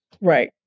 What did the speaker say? right